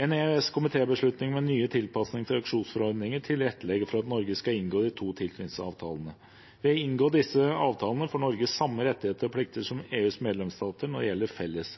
En EØS-komitébeslutning med nye tilpasninger til auksjonsforordningen tilrettelegger for at Norge skal inngå i de to tilknytningsavtalene. Ved å inngå disse avtalene får Norge samme rettigheter og plikter som EUs medlemsstater når det gjelder felles